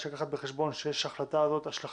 יש לקחת בחשבון שיש להחלטה הזאת השלכה